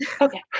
Okay